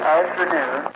afternoon